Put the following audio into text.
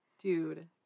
dude